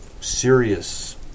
serious